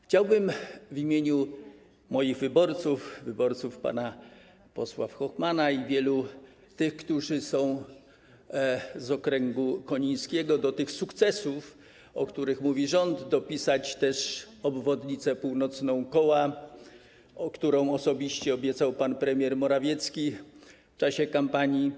Chciałbym w imieniu moich wyborców, wyborców pana posła Hoffmanna i wielu tych, którzy są z okręgu konińskiego, do tych sukcesów, o których mówi rząd, dopisać też północną obwodnicę Koła, którą osobiście obiecał pan premier Morawiecki w czasie kampanii.